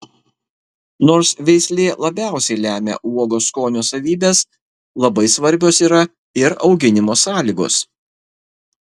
nors veislė labiausiai lemia uogos skonio savybes labai svarbios yra ir auginimo sąlygos